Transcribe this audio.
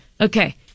okay